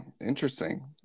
Interesting